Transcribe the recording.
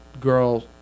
girl